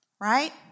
right